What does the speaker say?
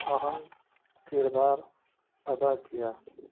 اہم کردار ادا کیا